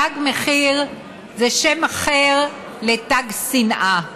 תג מחיר זה שם אחר לתג שנאה.